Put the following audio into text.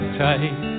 tight